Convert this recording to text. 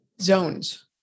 zones